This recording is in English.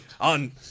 on